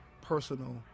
personal